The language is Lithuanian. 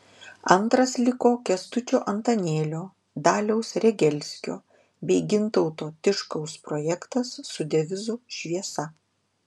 antras liko kęstučio antanėlio daliaus regelskio bei gintauto tiškaus projektas su devizu šviesa